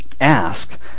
ask